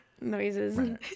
noises